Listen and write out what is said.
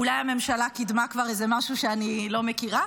אולי הממשלה כבר קידמה איזה משהו שאני לא מכירה.